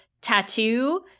tattoo